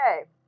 Okay